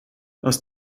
hast